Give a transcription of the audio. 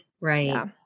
Right